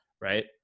Right